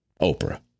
Oprah